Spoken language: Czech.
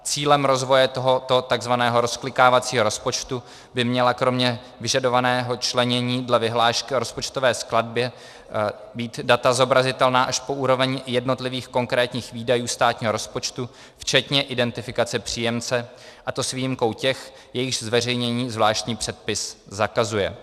Cílem rozvoje tohoto takzvaného rozklikávacího rozpočtu by měla kromě vyžadovaného členění dle vyhlášky o rozpočtové skladbě být data zobrazitelná až po úroveň jednotlivých konkrétních výdajů státního rozpočtu včetně identifikace příjemce, a to s výjimkou těch, jejichž zveřejnění zvláštní předpis zakazuje.